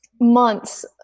months